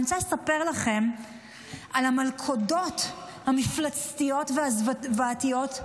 אני רוצה לספר לכם על המלכודות המפלצתיות והזוועתיות,